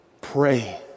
pray